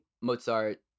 Mozart